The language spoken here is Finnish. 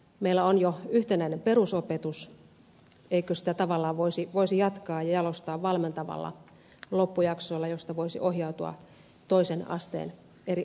meillä on jo yhtenäinen perusopetus eikö sitä tavallaan voisi jatkaa ja jalostaa valmentavalla loppujaksolla josta voisi ohjautua toisen asteen eri opintoihin